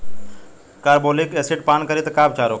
Carbolic acid पान तब का उपचार होखेला?